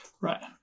Right